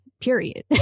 period